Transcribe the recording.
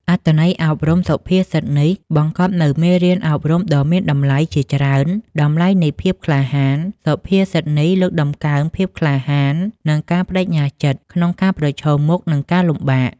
អត្ថន័យអប់រំសុភាសិតនេះបង្កប់នូវមេរៀនអប់រំដ៏មានតម្លៃជាច្រើនតម្លៃនៃភាពក្លាហាន សុភាសិតនេះលើកតម្កើង ភាពក្លាហាន និង ការប្ដេជ្ញាចិត្ត ក្នុងការប្រឈមមុខនឹងការលំបាក។